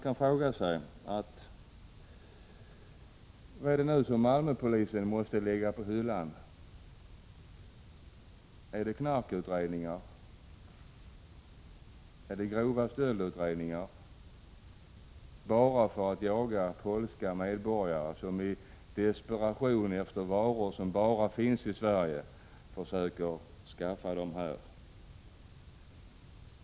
Vad är det nu som Malmöpolisen måste lägga på hyllan? Är det knarkutredningar eller utredningar om grova stölder, bara för att jaga polska medborgare, som i sin desperation för att komma över varor som finns endast i Sverige försöker skaffa dem här?